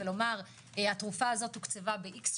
לומר: התרופה הזאת תוקצבה ב-X שקלים.